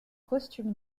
costume